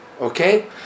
Okay